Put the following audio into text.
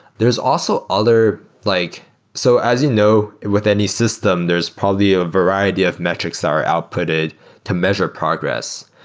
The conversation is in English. there is also other like so as you know with any system, there is probably a variety of metrics that are outputted to measure progress.